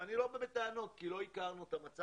ואני לא בא בטענות כי לא הכרנו את המצב.